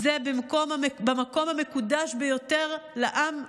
זה במקום המקודש ביותר לעם היהודי,